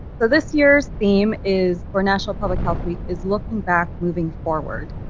so this year's theme is for national public health week, is looking back moving forward.